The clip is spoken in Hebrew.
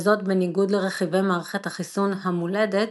וזאת בניגוד לרכיבי מערכת החיסון המולדת,